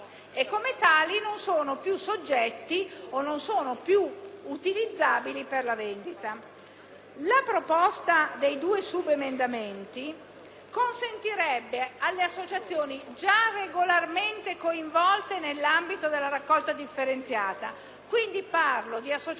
consentirebbe alle associazioni già regolarmente coinvolte nell'ambito della raccolta differenziata - parlo quindi di associazioni *non profit*, ma che hanno tutte le autorizzazioni previste anche per il trasporto e la lavorazione dei rifiuti